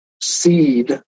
seed